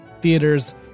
Theaters